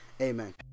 amen